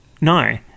No